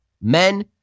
men